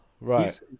right